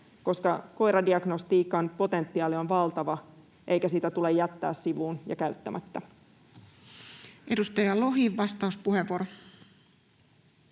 koska koiradiagnostiikan potentiaali on valtava eikä sitä tule jättää sivuun ja käyttämättä. Edustaja Lohi, vastauspuheenvuoro.